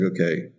okay